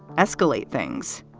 escalate things?